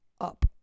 up